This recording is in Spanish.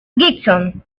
gibson